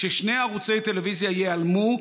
כששני ערוצי טלוויזיה ייעלמו,